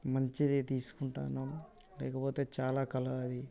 మంచిది తీసుకుంటాను లేకపోతే చాలా కల అది